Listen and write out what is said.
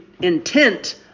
intent